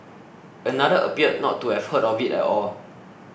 another appeared not to have heard of it at all